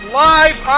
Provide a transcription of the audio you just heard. live